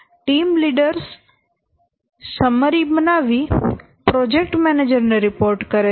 team leaders summary બનાવી project manager ને report કરે છે